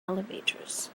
elevators